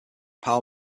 power